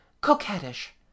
coquettish